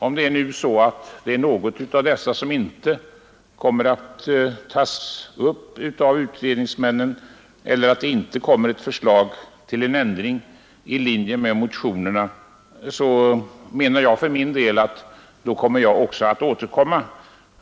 Om något av dessa inte kommer att tas upp av utredningsmannen eller om det inte kommer ett förslag till en förändring ilinje med motionerna, skall jag för min del återkomma.